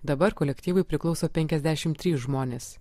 dabar kolektyvui priklauso penkiasdešim trys žmonės